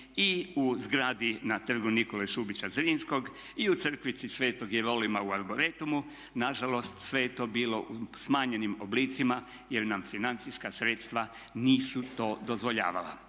i u zgradi na Trgu Nikole Šubića Zrinskog i u Crkvici Svetog Jerolima u Arboretumu, nažalost sve je to bilo u smanjenim oblicima jer nam financijska sredstva nisu to dozvoljavala.